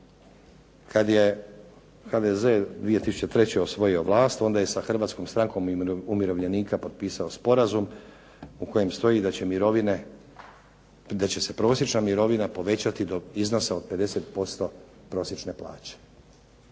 kada je HDZ 2003. osvojio vlast onda je sa Hrvatskom strankom umirovljenika potpisao sporazum u kojem stoji da će se prosječna mirovina povećati do iznosa od 50% prosječne plaće.